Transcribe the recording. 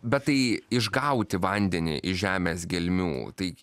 bet tai išgauti vandenį iš žemės gelmių tai